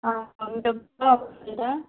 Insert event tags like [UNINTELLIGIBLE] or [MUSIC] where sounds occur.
आ [UNINTELLIGIBLE] उलयता